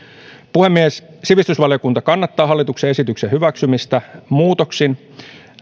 puhemies sivistysvaliokunta kannattaa hallituksen esityksen hyväksymistä muutoksin